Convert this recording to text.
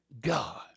God